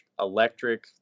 electric